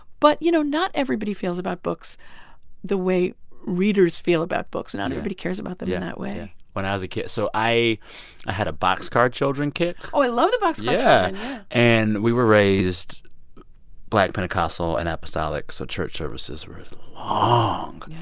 but, you know, not everybody feels about books the way readers feel about books, and not everybody cares about them in that way yeah. when i was a kid so i i had a boxcar children kit oh, i love the boxcar children, yeah and we were raised black pentecostal and apostolic, so church services were long.